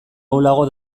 ahulago